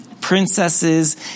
Princesses